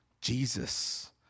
Jesus